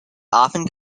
often